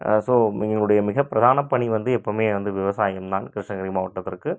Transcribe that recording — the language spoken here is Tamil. ஸோ எங்களுடைய மிகப்பிரதான பணி வந்து எப்போதுமே வந்து விவசாயம் தான் கிருஷ்ணகிரி மாவட்டத்திற்கு